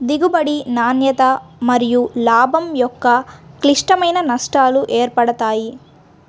దిగుబడి, నాణ్యత మరియులాభం యొక్క క్లిష్టమైన నష్టాలు ఏర్పడతాయి